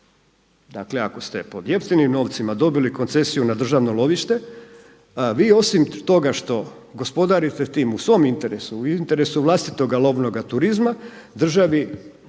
Dakle, ako ste pod jeftinim novcima dobili koncesiju na državno lovište vi osim toga što gospodarite tim u svom interesu, u interesu vlastitoga lovnoga turizma državi